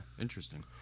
Interesting